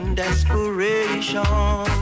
desperation